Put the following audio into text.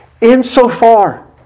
insofar